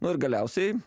nu ir galiausiai